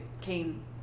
came